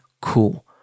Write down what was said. cool